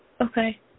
Okay